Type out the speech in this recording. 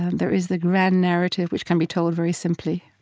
there is the grand narrative which can be told very simply,